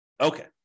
Okay